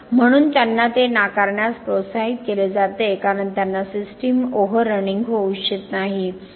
म्हणून त्यांना ते नाकारण्यास प्रोत्साहित केले जाते कारण त्यांना सिस्टम ओव्हररनिंग होऊ इच्छित नाही